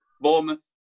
Bournemouth